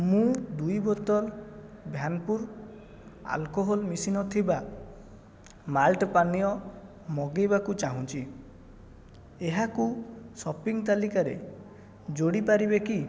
ମୁଁ ଦୁଇ ବୋତଲ ଭ୍ୟାନପୁର ଆଲକୋହଲ୍ ମିଶି ନଥିବା ମାଲ୍ଟ୍ ପାନୀୟ ମଗାଇବାକୁ ଚାହୁଁଛି ଏହାକୁ ସପିଙ୍ଗ୍ ତାଲିକାରେ ଯୋଡ଼ିପାରିବେ କି